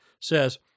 says